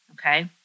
okay